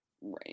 Right